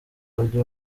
bajye